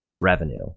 revenue